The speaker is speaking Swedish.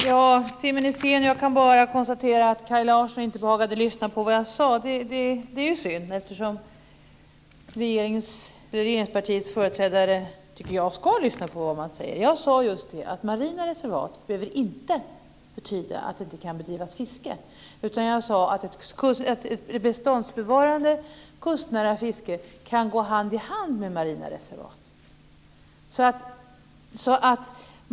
Fru talman! Timmen är sen. Jag kan bara konstatera att Kaj Larsson inte behagade lyssna på det jag sade. Det är synd, eftersom jag tycker att regeringspartiets företrädare ska lyssna på det man säger. Jag sade just att marina reservat inte behöver betyda att det inte kan bedrivas fiske. Jag sade att ett beståndsbevarande kustnära fiske kan gå hand i hand med marina reservat.